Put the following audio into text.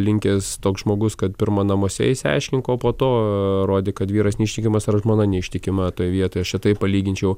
linkęs toks žmogus kad pirma namuose išsiaiškink o po to rodyk kad vyras neištikimas ar žmona neištikima toj vietoj aš čia taip palyginčiau